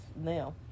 now